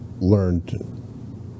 learned